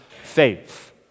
faith